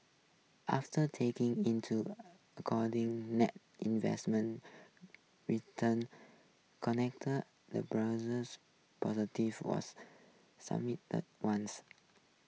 after taking into a according net investment returns connect the brothers positive was the ones